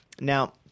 now